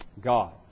God